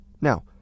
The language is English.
now